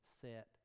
set